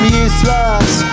useless